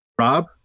Rob